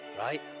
right